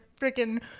freaking